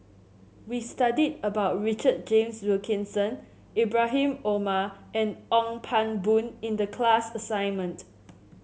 we studied about Richard James Wilkinson Ibrahim Omar and Ong Pang Boon in the class assignment